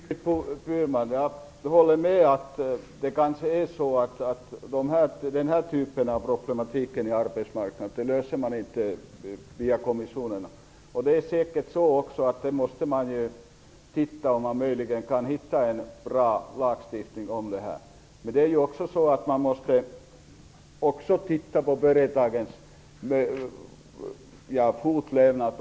Herr talman! Jag håller med Ingrid Burman om att den här typen av arbetsmarknadsproblematik inte löses via kommissioner. Man måste väl titta på detta för att se om det går att finna en bra lagstiftning här. Man måste också se till företagens fortlevnad.